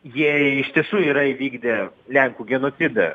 jie iš tiesų yra įvykdę lenkų genocidą